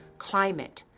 climate,